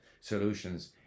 solutions